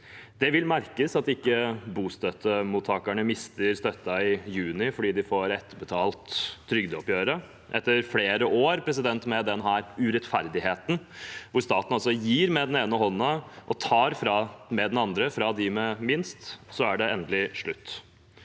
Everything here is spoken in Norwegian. Det vil merkes at ikke bostøttemottakerne mister støtten i juni fordi de får etterbetalt trygdeoppgjøret. Etter flere år med denne urettferdigheten, hvor staten altså gir med den ene hånden og tar med den andre fra dem med minst, er det endelig slutt.